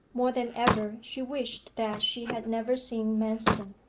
more than ever she wished that she had never seen manston.